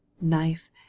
knife—